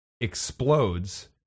explodes